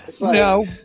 no